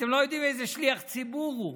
אתם לא יודעים איזה שליח ציבור הוא.